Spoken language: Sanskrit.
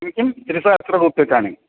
किं किं त्रिसहस्त्ररूप्यकाणि